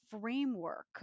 framework